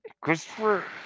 Christopher